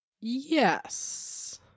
Yes